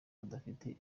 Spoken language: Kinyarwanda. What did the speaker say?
badafite